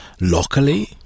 locally